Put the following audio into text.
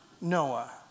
Noah